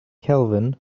kelvin